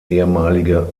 ehemalige